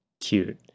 cute